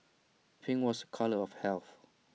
pink was A colour of health